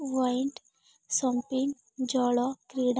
windsurfing ଜଳ କ୍ରୀଡ଼ା